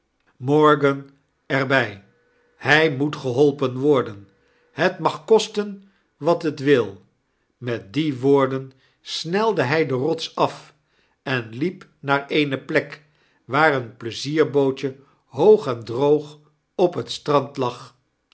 er by hij moet geholpen worden het mag kosten wat het wil met die woorden snelde hij de rots af en liep naar eene plek waar een pleizierbootje hoog en droog op het strand lag